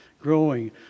growing